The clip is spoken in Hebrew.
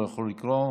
לא יכולים לקרוא.